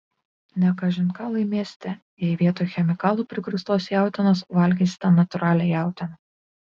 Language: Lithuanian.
ne kažin ką laimėsite jei vietoj chemikalų prigrūstos jautienos valgysite natūralią jautieną